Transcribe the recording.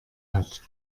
hat